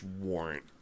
warrant